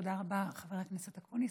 תודה רבה, חבר הכנסת אקוניס.